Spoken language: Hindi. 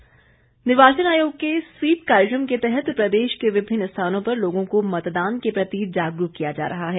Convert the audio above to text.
स्वीप कार्यक्रम निर्वाचन आयोग के स्वीप कार्यक्रम के तहत प्रदेश के विभिन्न स्थानों पर लोगों को मतदान के प्रति जागरूक किया जा रहा है